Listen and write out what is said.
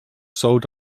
sold